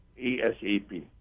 ASAP